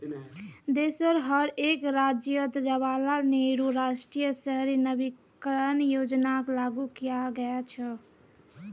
देशोंर हर एक राज्यअत जवाहरलाल नेहरू राष्ट्रीय शहरी नवीकरण योजनाक लागू कियाल गया छ